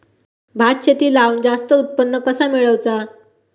भात शेती लावण जास्त उत्पन्न कसा मेळवचा?